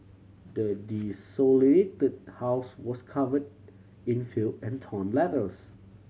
the desolated house was covered in filth and torn letters